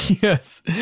Yes